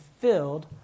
filled